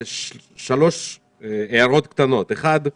שלוש הערות קצרות: ראשית,